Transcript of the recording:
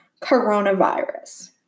coronavirus